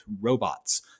robots